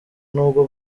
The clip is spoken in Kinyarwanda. n’ubwo